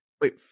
Wait